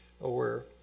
aware